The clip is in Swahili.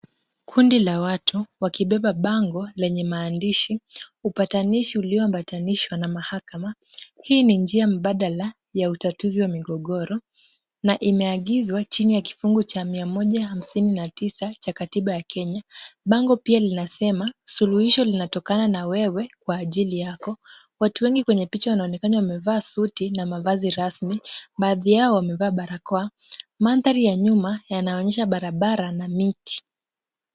Kundi la watu wakibeba bango lenye maandishi upatanishi ulioambatanishwa na mahakama, hii ni njia mbadala ya utatuzi wa migogoro na imeagizwa chini ya kifungu cha 159 cha katiba ya Kenya. Bango pia linasema, suluhisho linatokana na wewe kwa ajili yako. Watu wengi kwenye picha wanaonekana wamevaa suti na mavazi rasmi, baadhi yao wamevaa barakoa. Mandhari ya nyuma yanaonyesha barabara na miti.